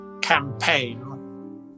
campaign